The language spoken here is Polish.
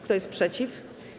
Kto jest przeciw?